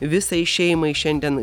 visai šeimai šiandien